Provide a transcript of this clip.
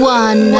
one